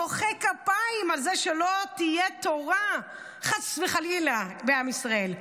מוחא כפיים על זה שלא יהיה תורה חס וחלילה בעם ישראל.